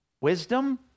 wisdom